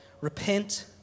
Repent